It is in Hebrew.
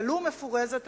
ולו מפורזת,